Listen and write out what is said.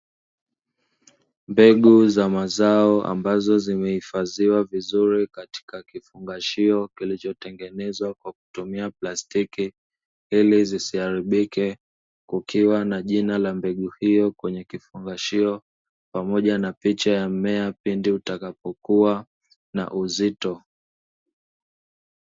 Mbegu za mazao, ambazo zimeifadhiwa vizuri katika kifungashio kilichotengenezwa kwa kutumia plastiki ili isiharibike, kukiwa na jina la mbegu hiyo kwenye kifungashio pamoja na picha ya mmea pindi utakapokua na uzito.